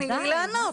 תני לנו,